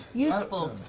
useful.